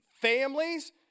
families